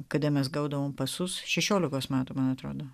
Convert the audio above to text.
kada mes gaudavome pasus šešiolikos metų man atrodo